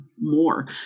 more